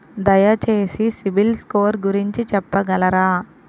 దయచేసి CIBIL score గురించి చెప్పగలరా?